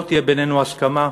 לא תהיה בינינו הסכמה,